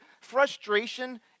Frustration